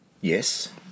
Yes